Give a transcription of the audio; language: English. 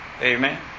Amen